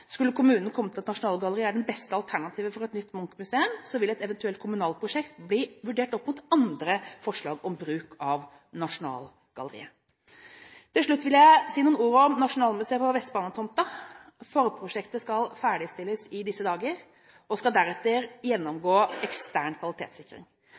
Skulle kommunen komme til at Nasjonalgalleriet er det beste alternativet for et nytt Munch-museum, vil et eventuelt kommunalprosjekt bli vurdert opp mot andre forslag om bruk av Nasjonalgalleriet. Til slutt vil jeg si noen ord om Nasjonalmuseet på Vestbanetomta. Forprosjektet skal ferdigstilles i disse dager og deretter